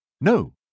No